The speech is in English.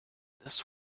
this